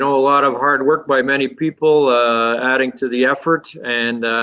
a lot of hard work by many people added to the effort and